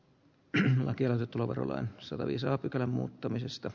rehhageltuloverolain sataviisi a pykälän muuttamisesta